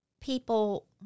people